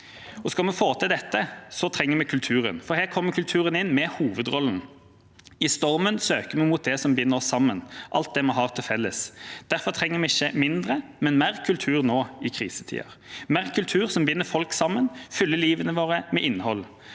Skal vi få til det, trenger vi kulturen, for her kommer kulturen inn – i hovedrollen. I stormen søker vi mot det som binder oss sammen, alt det vi har til felles. Derfor trenger vi ikke mindre, men mer kultur nå i krisetider – mer kultur som binder folk sammen og fyller livet vårt med innhold,